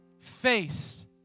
face